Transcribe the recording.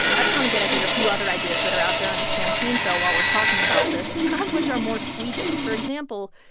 i just want to get at here a few other ideas that are out there on the campaign trail while we're talking about this, some of which are more sweeping. for example,